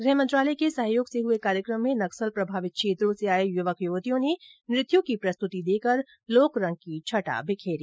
गृह मंत्रालय के सहयोग से हए कार्यक्रम में नक्सल प्रभावित क्षेत्रों से आये युवक युवतियों ने नृत्यों की प्रस्तुति देकर लोकरंग की छटा बिखेरी